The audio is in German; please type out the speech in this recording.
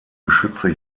geschütze